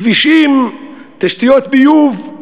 כבישים, תשתיות ביוב,